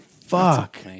Fuck